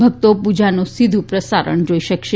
ભકતો પુજાનું સીધુ પ્રસારણ જોઇ શકશે